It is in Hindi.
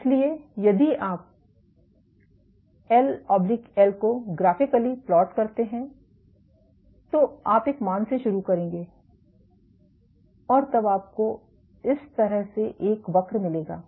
इसलिए यदि आप L L initial को ग्राफिकली प्लॉट करते हैं तो आप एक मान से शुरू करेंगे और तब आपको इस तरह से एक वक्र मिलेगा